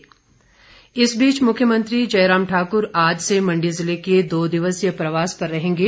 मुख्यमंत्री इस बीच मुख्यमंत्री जयराम ठाकर आज से मंडी जिले के दो दिवसीय प्रवास रहेंगें